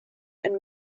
and